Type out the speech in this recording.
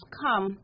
come